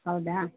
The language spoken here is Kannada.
ಹೌದಾ